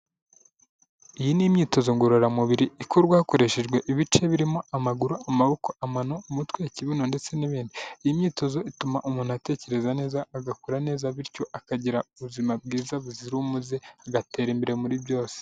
Iyi ni imyitozo ngororamubiri ikorwa hakoreshejwe ibice birimo amaguru, amaboko, amano, umutwe, ikibuno ndetse n'ibindi iyi myitozo ituma umuntu atekereza neza agakura neza bityo akagira ubuzima bwiza buzira umuze agatera imbere muri byose.